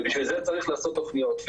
ובשביל זה צריך לעשות תכניות.